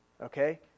Okay